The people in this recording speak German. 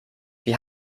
wir